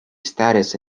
status